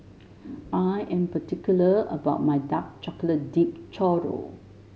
I am particular about my Dark Chocolate Dipped Churro